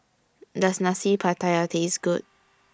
Does Nasi Pattaya Taste Good